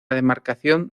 demarcación